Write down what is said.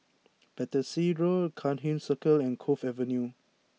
Battersea Road Cairnhill Circle and Cove Avenue